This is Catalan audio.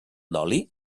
d’oli